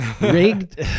rigged